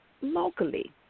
locally